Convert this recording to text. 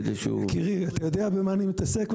יקירי, אתה יודע במה אני מתעסק.